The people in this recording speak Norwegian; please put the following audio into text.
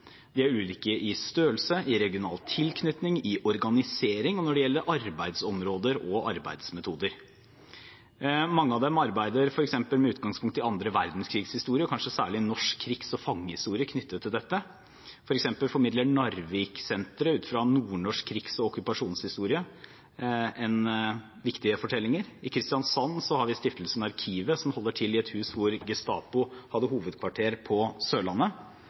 De er ulike i størrelse, i regional tilknytning, i organisering og når det gjelder arbeidsområder og arbeidsmetoder. Mange av dem arbeider f.eks. med utgangspunkt i annen verdenskrig-historie og kanskje norsk krigs- og fangehistorie knyttet til dette. For eksempel formidler Narviksenteret ut fra nordnorsk krigs- og okkupasjonshistorie viktige fortellinger. I Kristiansand har vi Stiftelsen Arkivet, som holder til i et hus hvor Gestapo hadde hovedkvarter på Sørlandet,